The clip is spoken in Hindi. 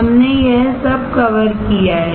हमने यह सब कवर किया है